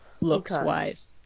looks-wise